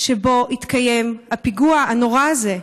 שבו התקיים הפיגוע הנורא הזה.